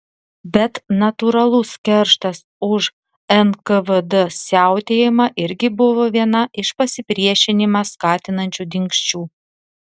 bet natūralus kerštas už nkvd siautėjimą irgi buvo viena iš pasipriešinimą skatinančių dingsčių